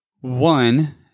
one